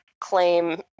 claim